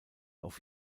auf